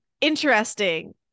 Interesting